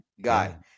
guy